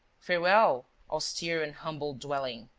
farewell, austere and humble dwelling!